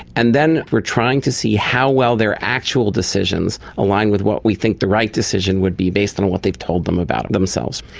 and then we are trying to see how well their actual decisions align with what we think the right decision would be based on what they've told them about themselves.